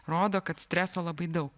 rodo kad streso labai daug